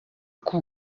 coup